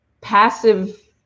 passive